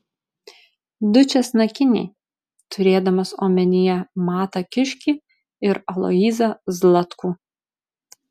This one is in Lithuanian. du česnakiniai turėdamas omenyje matą kiškį ir aloyzą zlatkų